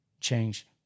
change